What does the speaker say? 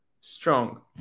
strong